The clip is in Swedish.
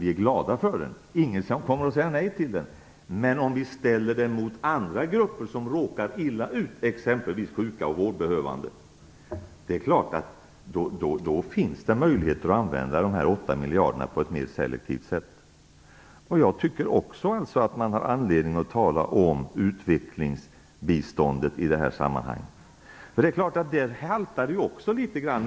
Vi är glada för den - ingen kommer att säga nej till den - men om vi ställer den mot behoven hos andra grupper, som råkar illa ut, exempelvis sjuka och vårdbehövande, finner vi naturligtvis att det finns möjligheter att använda de här 8 miljarderna på ett mer selektivt sätt. Jag tycker också att man har anledning att tala om utvecklingsbiståndet i det här sammanhanget. Där haltar det också litet grand.